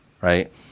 right